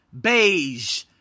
beige